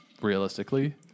realistically